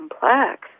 complex